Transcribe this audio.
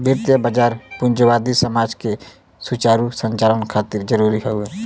वित्तीय बाजार पूंजीवादी समाज के सुचारू संचालन खातिर जरूरी हौ